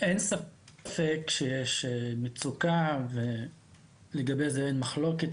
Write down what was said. אין ספק שיש מצוקה, ולגבי זה אין מחלוקת.